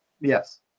Yes